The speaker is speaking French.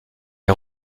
est